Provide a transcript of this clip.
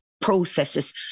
processes